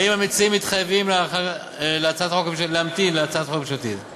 האם המציעים מתחייבים להמתין להצעת החוק הממשלתית?